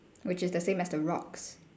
which is the same as the rocks